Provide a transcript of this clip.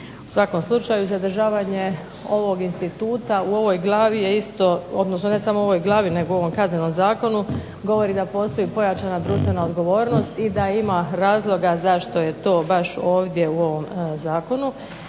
U svakom slučaju zadržavanje ovog instituta u ovoj glavi je isto, odnosno ne samo u ovog glavi nego u ovom Kaznenom zakonu govori da postoji pojačana društvena odgovornost i da ima razloga zašto je to baš ovdje u ovom zakonu